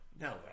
no